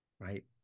Right